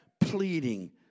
pleading